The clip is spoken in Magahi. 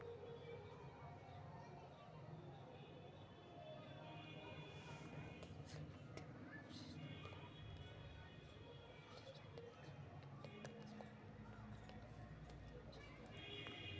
जाती शिल्प उद्योग में विशेष जातिके आ सांस्कृतिक दल से संबंधित उद्यम सभके प्रोत्साहन देल जाइ छइ